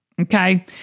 Okay